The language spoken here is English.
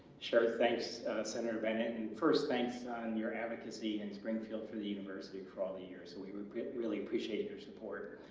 sure thanks senator bennett and first thanks on your advocacy in and springfield for the university for all the years so we we really appreciate your support.